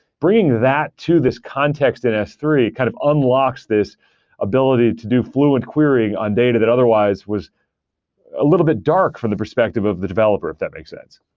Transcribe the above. bringing that to this context in s three kind of unlocks this ability to do fluent querying on data that otherwise was a little bit dark from the perspective of the developer, if that makes sense.